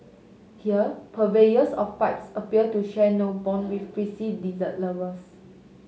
here purveyors of pipes appear to share no bond with prissy dessert lovers